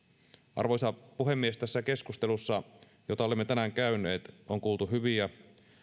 arvoisa puhemies tässä keskustelussa jota olemme tänään käyneet on kuultu hyviä